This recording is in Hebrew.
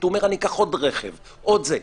הוא אומר: אני אקח עוד רכב ועוד זה.